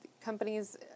companies